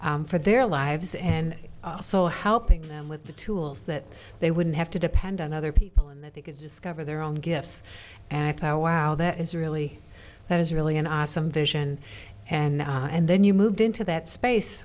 for their lives and also helping them with the tools that they wouldn't have to depend on other people and that they could discover their own gifts and i thought wow that is really that is really an awesome vision and and then you moved into that space